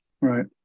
right